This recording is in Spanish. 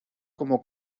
como